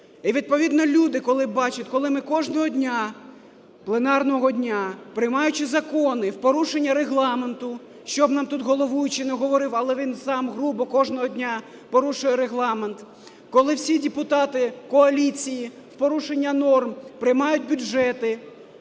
І відповідно люди, коли бачать, коли ми кожного дня, пленарного дня, приймаючи закони в порушення Регламенту, щоб нам тут головуючий не говорив, але він сам грубо кожного дня порушує Регламент, коли всі депутати коаліції в порушення норм приймають бюджети,